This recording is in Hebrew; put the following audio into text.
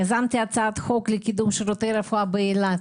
יזמתי הצעת חוק לקידום שירותי רפואה באילת.